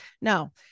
no